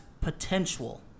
potential